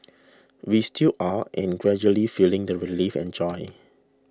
we still are and gradually feeling the relief and joy